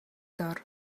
доор